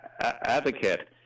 advocate